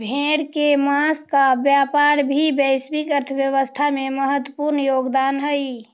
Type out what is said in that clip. भेड़ के माँस का व्यापार भी वैश्विक अर्थव्यवस्था में महत्त्वपूर्ण योगदान हई